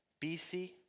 BC